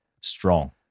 Strong